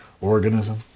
organism